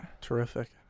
Terrific